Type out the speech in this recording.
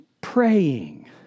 praying